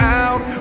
out